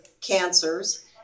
cancers